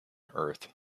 earth